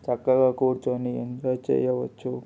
చక్కగా కూర్చొని ఎంజాయ్ చేయవచ్చు